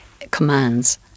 commands